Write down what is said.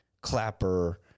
Clapper